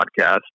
podcast